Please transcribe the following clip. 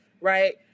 right